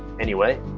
anyway,